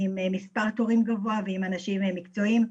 עם מספר תורים גבוהה ועם אנשים מקצועיים.